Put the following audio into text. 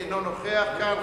אינו נוכח כאן,